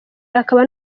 akaba